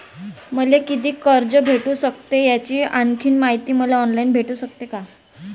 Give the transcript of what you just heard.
मले कितीक कर्ज भेटू सकते, याची आणखीन मायती मले ऑनलाईन भेटू सकते का?